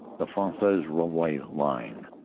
the fresnes-rouvroy line.